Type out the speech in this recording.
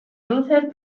luther